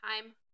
time